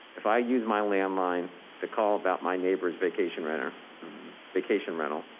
if i use my landline to call about my neighbor's vacation, renter vacation rental,